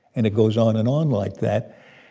and it goes on and on like that.